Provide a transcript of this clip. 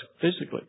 physically